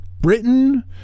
Britain